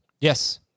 Yes